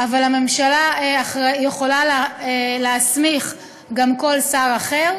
אבל הממשלה יכולה להסמיך גם כל שר אחר.